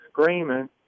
screaming